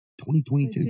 2022